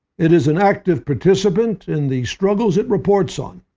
it is an active participant in the struggles it reports on.